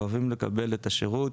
אוהבים לקבל את השירות